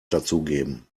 dazugeben